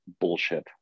bullshit